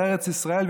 בארץ ישראל,